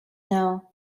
know